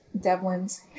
Devlin's